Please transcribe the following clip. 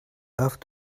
ought